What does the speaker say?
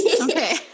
Okay